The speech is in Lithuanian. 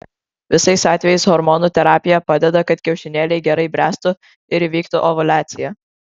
visais atvejais hormonų terapija padeda kad kiaušinėliai gerai bręstų ir įvyktų ovuliacija